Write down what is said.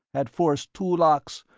had forced two locks,